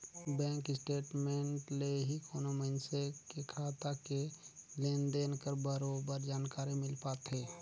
bank statement ले ही कोनो मइनसे के खाता के लेन देन कर बरोबर जानकारी मिल पाथे